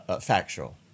factual